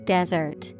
Desert